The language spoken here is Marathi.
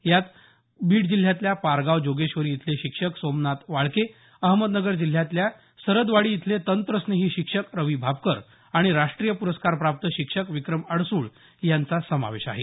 यात बीड जिल्ह्यातल्या पारगाव जोगेश्वरी इथले शिक्षक सोमनाथ वाळके अहमदनगर जिल्ह्यातल्या सरदवाडी इथले तंत्रस्नेही शिक्षक रवी भापकर आणि राष्ट्रीय पुरस्कार प्राप्त शिक्षक विक्रम अडसूळ यांचा समावेश आहे